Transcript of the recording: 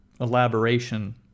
elaboration